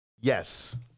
Yes